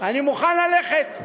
אני מוכן ללכת,